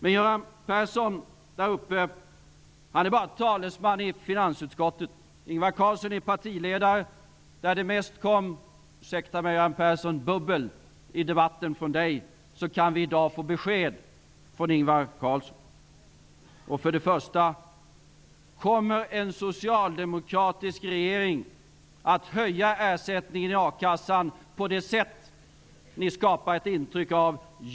Men Göran Persson är bara talesman i finansutskottet. Ingvar Carlsson är partiledare. Där det mest kom bubbel i debatten från Göran Persson -- ursäkta mig, Göran Persson -- kan vi i dag få besked från Ingvar Carlsson. För det första: Kommer en socialdemokratisk regering att höja ersättningen i a-kassan på det sätt ni skapar ett intryck av?